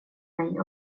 mig